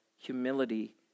humility